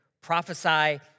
prophesy